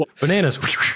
Bananas